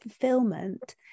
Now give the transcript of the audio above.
fulfillment